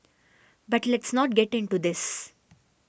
but let's not get into this